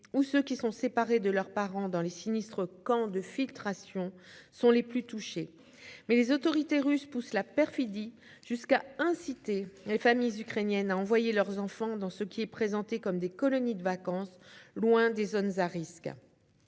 hospitalisés ou séparés de leurs parents dans les sinistres « camps de filtration » sont les plus touchés. Mais les autorités russes poussent la perfidie jusqu'à inciter les familles ukrainiennes à envoyer leurs enfants dans ce qui est présenté comme des « colonies de vacances », loin des zones à risques.